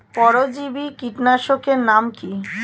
পরজীবী কীটনাশকের নাম কি?